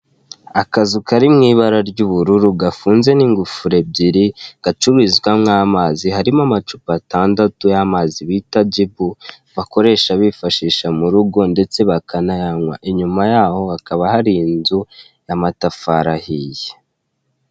Akazu kari mu ibara ry'ubururu gafunze n'ingufuri ebyiri gacururizwamo amazi, harimo amacupa atandatu y'amazi bita jibu bakoresha bifashisha mu rugo ndetse bakanayanywa, inyuma yaho hakaba hari inzu y'amatafari ahiye.